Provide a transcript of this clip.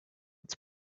its